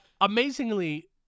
amazingly